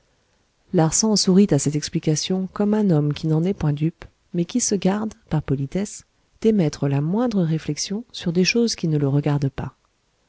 larsan sourit à cette explication comme un homme qui n'en est point dupe mais qui se garde par politesse d'émettre la moindre réflexion sur des choses qui ne le regardent pas